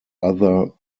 other